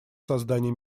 создании